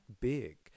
big